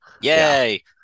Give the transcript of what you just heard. Yay